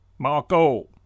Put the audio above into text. Marco